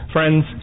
Friends